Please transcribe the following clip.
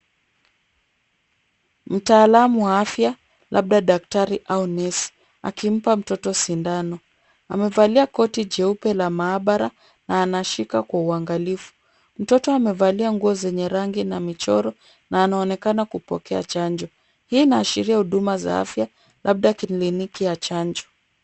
Mtaalamu wa afya labda daktari au nesi akimpa mtoto sindano, amevalia koti cheupe la maabara na anashika kwa uangalifu. Mtoto amevalia nguo zenye rangi na michoro na anaonekana kupokea chanjo. Hii inaashiria huduma za afya labda kiliniki ya chanjo.